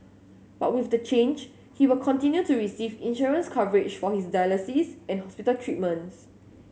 but with the change he will continue to receive insurance coverage for his dialysis and hospital treatments